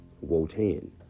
Wotan